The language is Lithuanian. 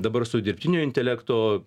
dabar su dirbtinio intelekto